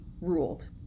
ruled